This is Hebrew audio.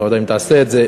אני לא יודע אם תעשה את זה,